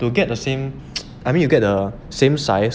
to get the same I mean you get the same size